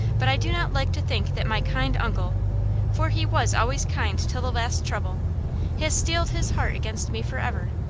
but i do not like to think that my kind uncle for he was always kind till the last trouble has steeled his heart against me forever.